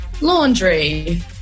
laundry